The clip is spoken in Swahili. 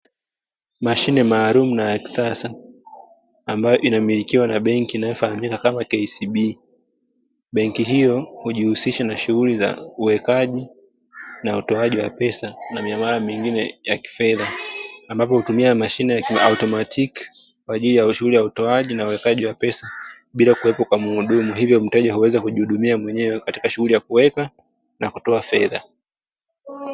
Mashine maalumu na ya kisasa ambayo inamilikiwa na beenki inayofahamika kama TACB. Benki hiyo hujishughulisha na masuala ya uwekaji na utoaji wa pesa na miamala mingine ya kifedha ambapo hutumia mashine ya kiotomatiki kwa ajili ya shughuli ya utaji na uwekaji wa pesa bila kuwepo kwa muhudumu hivyo mteja huweza kujihudumia mwenyewe katika shughuli ya kuweka na kutoa fedha.